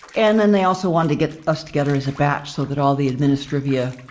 and then they also want to get us together as a batch so that all the administrivia,